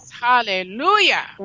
Hallelujah